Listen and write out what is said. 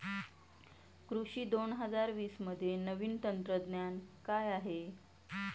कृषी दोन हजार वीसमध्ये नवीन तंत्रज्ञान काय आहे?